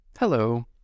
Hello